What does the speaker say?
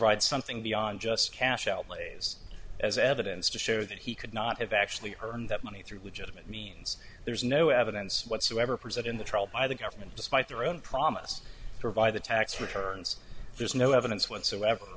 provide something beyond just cash outlays as evidence to show that he could not have actually earned that money through legitimate means there's no evidence whatsoever present in the trial by the government despite their own promise provide the tax returns there's no evidence whatsoever